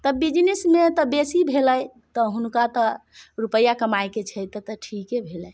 तऽ बिजनेसमे तऽ बेसी भेलै तऽ हुनका तऽ रुपैआ कमायके छै तऽ ठीके भेलै